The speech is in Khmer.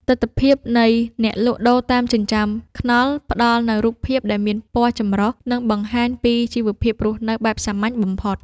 ទិដ្ឋភាពនៃអ្នកលក់ដូរតាមចិញ្ចើមថ្នល់ផ្ដល់នូវរូបភាពដែលមានពណ៌ចម្រុះ និងបង្ហាញពីជីវភាពរស់នៅបែបសាមញ្ញបំផុត។